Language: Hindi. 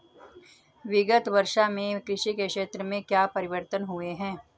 विगत वर्षों में कृषि के क्षेत्र में क्या परिवर्तन हुए हैं?